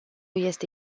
este